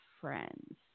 friends